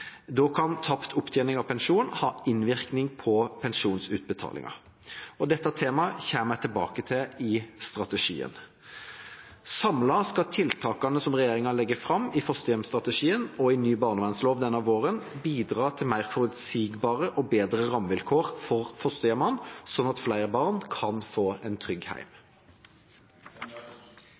Da kan tapt opptjening av pensjon ha innvirkning på pensjonsutbetalingen. Dette temaet kommer jeg tilbake til i strategien. Samlet skal tiltakene som regjeringen legger fram i fosterhjemsstrategien og i ny barnevernslov denne våren, bidra til mer forutsigbare og bedre rammevilkår for fosterhjemmene, sånn at flere barn kan få